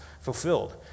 fulfilled